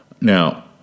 now